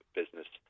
business